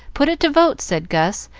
put it to vote, said gus,